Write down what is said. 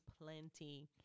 plenty